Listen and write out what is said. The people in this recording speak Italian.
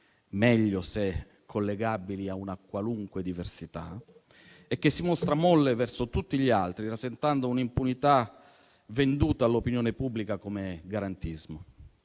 meglio se collegabili a una qualunque diversità, e che si mostra molle verso tutti gli altri, rasentando un'impunità venduta all'opinione pubblica come garantismo;